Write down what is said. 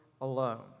alone